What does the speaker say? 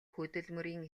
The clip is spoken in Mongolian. хөдөлмөрийн